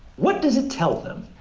what does it tell them,